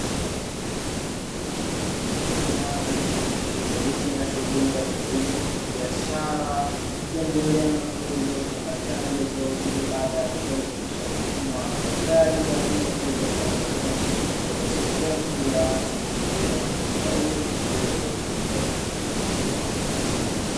Kiwanda kinachojishughulisha na shughuli za kilimo cha kibiashara, ikiendelea na zoezi la uchakataji wa zao hilo baada ya kuwa limekwisha vunwa, tayari kwaajili ya kuweza kuandaliwa na kisha kupelekwa sokoni ili waanze kuliuza na kunufaika kupitia shughuli hiyo.